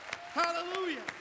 Hallelujah